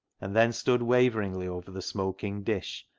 and then stood waveringly over the smoking dish,